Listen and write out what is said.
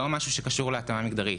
לא משהו שקשור להתאמה מגדרית.